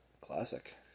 Classic